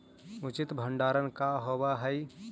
उचित भंडारण का होव हइ?